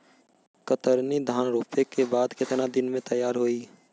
कतरनी धान रोपे के बाद कितना दिन में तैयार होई?